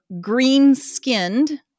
green-skinned